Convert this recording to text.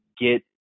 get